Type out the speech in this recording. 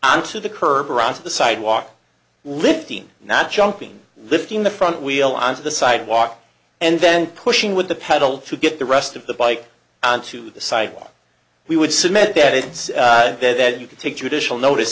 onto the curb or onto the sidewalk lifting not jumping lifting the front wheel onto the sidewalk and then pushing with the pedal to get the rest of the bike onto the sidewalk we would submit that it's there that you can take judicial notice